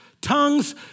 Tongues